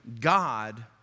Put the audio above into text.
God